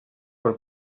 per